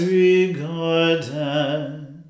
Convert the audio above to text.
regarded